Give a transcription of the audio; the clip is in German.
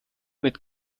mit